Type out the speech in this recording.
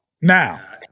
Now